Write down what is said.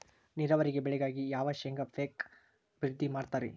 ನೇರಾವರಿ ಬೆಳೆಗಾಗಿ ಯಾವ ಶೇಂಗಾ ಪೇಕ್ ಅಭಿವೃದ್ಧಿ ಮಾಡತಾರ ರಿ?